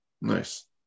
Nice